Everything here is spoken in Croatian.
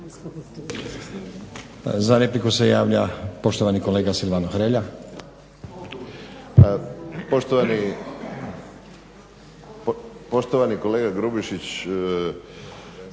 Za repliku se javlja poštovani kolega Silvano Hrelja.